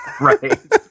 Right